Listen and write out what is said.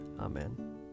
Amen